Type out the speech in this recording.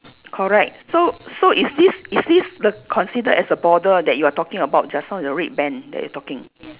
correct so so is this is this the considered as the border that you are talking about just now the red band that you talking